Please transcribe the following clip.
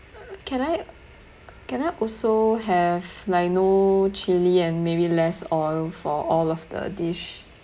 can I can I also have like no chili and maybe less oil for all of the dish